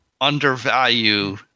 undervalue